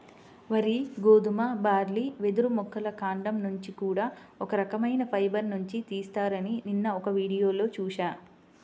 వరి, గోధుమ, బార్లీ, వెదురు మొక్కల కాండం నుంచి కూడా ఒక రకవైన ఫైబర్ నుంచి తీత్తారని నిన్న ఒక వీడియోలో చూశా